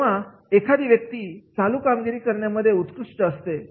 तेव्हा एखादी व्यक्ती चालू कामगिरी करण्यामध्ये उत्कृष्ट असते